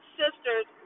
sisters